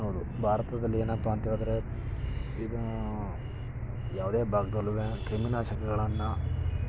ಹೌದು ಭಾರತದಲ್ಲಿ ಏನಪ್ಪ ಅಂಥೇಳಿದರೆ ಈಗ ಯಾವುದೇ ಭಾಗದಲ್ಲುವೆ ಕ್ರಿಮಿ ನಾಶಕಗಳನ್ನು